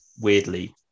weirdly